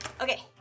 Okay